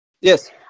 Yes